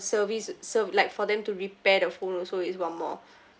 service serve like for them to repair the phone also is one more